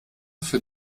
für